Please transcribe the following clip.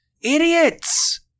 idiots